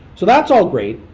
so that's all great.